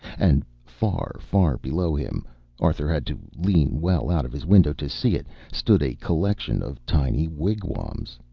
and far, far below him arthur had to lean well out of his window to see it stood a collection of tiny wigwams.